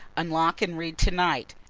unlock and read to-night.